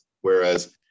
whereas